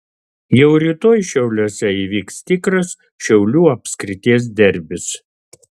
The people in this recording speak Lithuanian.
jau rytoj šiauliuose įvyks tikras šiaulių apskrities derbis